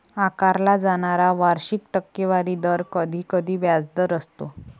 आकारला जाणारा वार्षिक टक्केवारी दर कधीकधी व्याजदर असतो